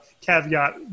caveat